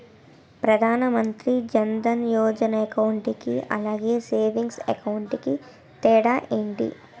Pradhan Mantri Jan Dhan Yojana account కి అలాగే savings account కి తేడా ఏంటి?